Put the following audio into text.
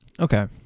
Okay